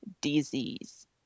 disease